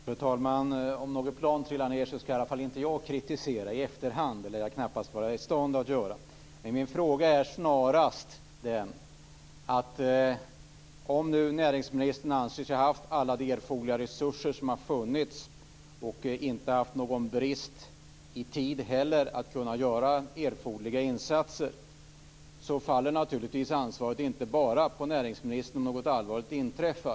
Fru talman! Om något plan trillar ned ska i alla fall inte jag kritisera i efterhand. Det lär jag knappast vara i stånd att göra. Min fråga handlade snarast om detta: Om nu näringsministern anser sig ha haft alla erforderliga resurser och inte heller haft någon tidsbrist för att kunna göra erforderliga insatser faller naturligtvis ansvaret på näringsministern om något allvarligt inträffar.